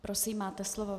Prosím, máte slovo.